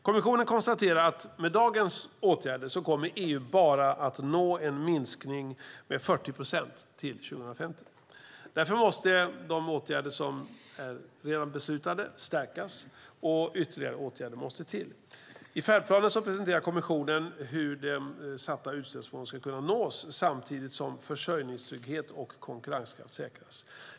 Kommissionen konstaterar att EU med dagens åtgärder bara kommer att nå en minskning med 40 procent till 2050. Därför måste de åtgärder som redan är beslutade stärkas, och ytterligare åtgärder måste till. I färdplanen presenterar kommissionen hur det satta utsläppsmålet ska kunna nås samtidigt som försörjningstrygghet och konkurrenskraft säkras.